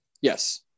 Yes